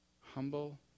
Humble